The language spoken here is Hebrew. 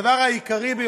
הדבר העיקרי,